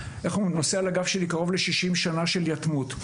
אני נושא על הגב שלי קרוב ל-60 שנה של יתמות,